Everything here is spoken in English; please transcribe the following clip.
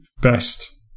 best